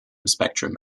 spectrum